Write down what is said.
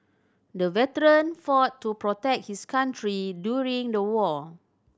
the veteran fought to protect his country during the war